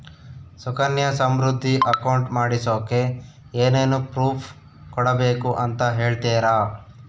Sukanya Samriddhi account ಮಾಡಿಸೋಕೆ ಏನೇನು proof ಕೊಡಬೇಕು ಅಂತ ಹೇಳ್ತೇರಾ?